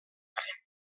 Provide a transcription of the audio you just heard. zen